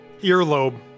earlobe